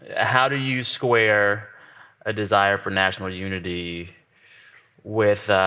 ah how do you square a desire for national unity with ah